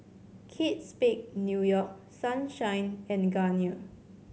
Kate Spade New York Sunshine and Garnier